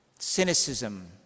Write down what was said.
Cynicism